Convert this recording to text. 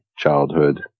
childhood